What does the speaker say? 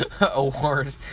award